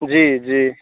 जी जी